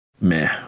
meh